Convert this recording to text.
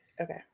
okay